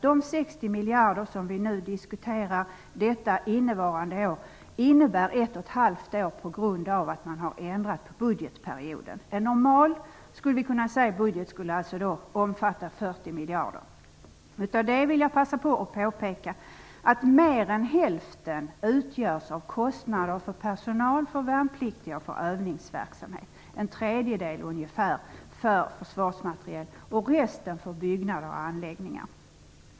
De 60 miljarder som vi nu diskuterar för innevarande år omfattar ett och ett halvt år på grund av att budgetperioden har ändrats. En normal budget skulle omfatta 40 miljarder. I detta sammanhang vill jag passa på att påpeka att mer än hälften utgörs av kostnader för personal, värnpliktiga och övningsverksamhet, ungefär en tredjedel för försvarsmateriel och resten för byggnader och anläggningar.